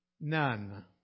None